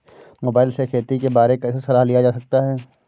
Mobile से खेती के बारे कैसे सलाह लिया जा सकता है?